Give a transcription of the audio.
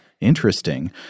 Interesting